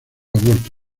aborto